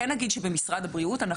משרד הבריאות,